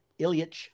Ilyich